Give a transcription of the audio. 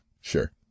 Sure